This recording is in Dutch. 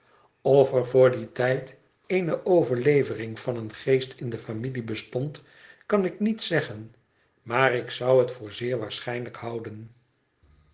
er voor dien tijd eene overlevering van een geest in de familie bestond kan ik niet zeggen maar ik zou het voor zeer waarschijnlijk houden